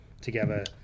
together